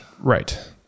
right